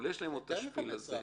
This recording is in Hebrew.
אבל יש להם עוד את השפיל הזה.